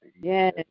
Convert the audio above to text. Yes